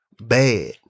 bad